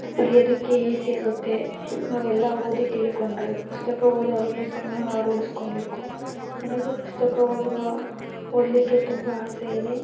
ಬರೆಯೋದಕ್ಕೆ ಈಸಿಯಾಗತ್ತೆ ನಾವು ಎಲ್ಲ ಓದಿ ತಿಳ್ಕೊಂಡ್ರೆ ಪುಸ್ತಕ ಓದೋ ಹವ್ಯಾಸವನ್ನು ನಾವು ರೂಢಿಸ್ಕೋಬೇಕು ನನಗೂ ಪುಸ್ತಕ ಓದುವ ಓದ್ಲಿಕ್ಕೆ ತುಂಬ ಆಸೆಯಿದೆ